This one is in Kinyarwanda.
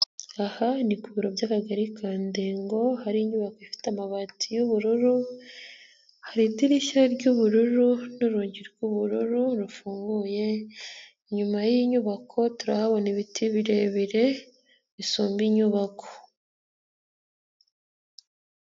Aha ni ku biro by'akagari ka Ndengo hari inyubako ifite amabati y'ubururu, hari idirishya ry'ubururu rw'ubururu rufunguye, inyuma y'inyubako turahabona ibiti birebire bisumba inyubako.